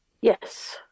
yes